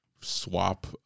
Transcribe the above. swap